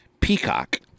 Peacock